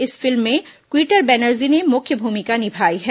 इस फिल्म में विक्टर बैनर्जी ने मुख्य भूमिका निभाई है